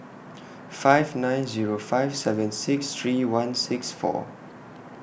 five nine Zero five seven six three one six four